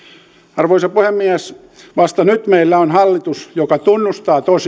arvoisa puhemies vasta nyt meillä on hallitus joka tunnustaa tosiasiat